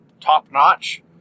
top-notch